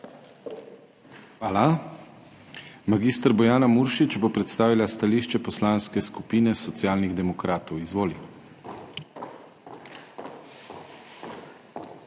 Hvala. Mag. Bojana Muršič bo predstavila stališče Poslanske skupine Socialnih demokratov. Izvoli.